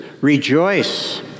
rejoice